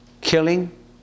killing